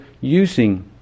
using